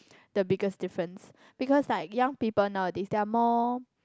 the biggest difference because like young people nowadays they are more